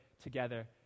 together